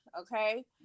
Okay